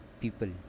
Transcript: people